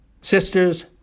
Sisters